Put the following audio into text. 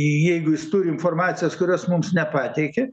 jeigu jis turi informacijos kurios mums nepateikė